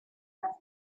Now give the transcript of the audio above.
las